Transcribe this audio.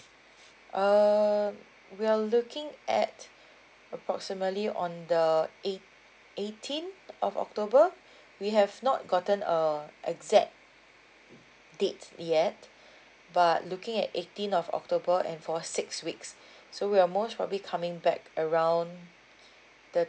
err we are looking at approximately on the eight~ eighteenth of october we have not gotten a exact date yet but looking at eighteenth of october and for six weeks so we are most probably coming back around the